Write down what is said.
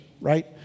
right